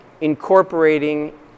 incorporating